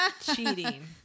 cheating